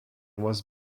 was